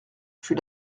fut